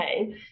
okay